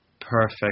perfect